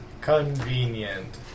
Convenient